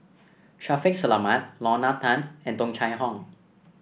Shaffiq Selamat Lorna Tan and Tung Chye Hong